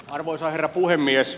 arvoisa herra puhemies